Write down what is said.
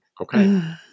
okay